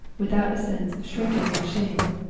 without a sense of shrinking and shame,